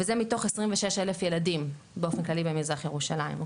וזה מתוך 26,000 ילדים באופן כללי במזרח ילדים.